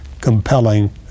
compelling